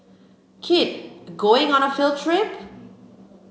kid going on a field trip